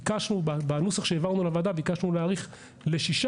בנוסח שהעברנו לוועדה ביקשנו להאריך לשישה